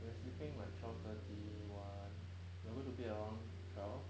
I've been sleeping like twelve thirty one I go to bed around twelve